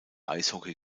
eishockey